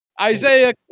Isaiah